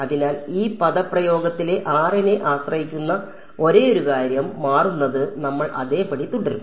അതിനാൽ ഈ പദപ്രയോഗത്തിലെ r നെ ആശ്രയിക്കുന്ന ഒരേയൊരു കാര്യം മാറുന്നത് നമ്മൾ അതേപടി തുടരും